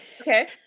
Okay